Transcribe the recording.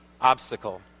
obstacle